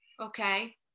Okay